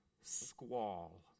squall